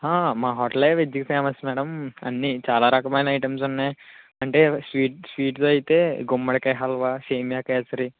మా హోటల్ లో veg famous madam అన్నీ చాలా రకమైన ఐటెమ్స్ ఉన్నాయి అంటే స్వీ స్వీట్స్ ఐతే గుమ్మడికాయ హల్వా సెమ్యా కేసరి